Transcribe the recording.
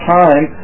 time